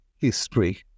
history